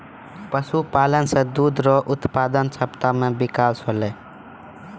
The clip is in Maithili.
पशुपालन से दुध रो उत्पादन क्षमता मे बिकास होलै